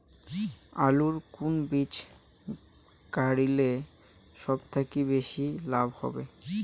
আলুর কুন বীজ গারিলে সব থাকি বেশি লাভ হবে?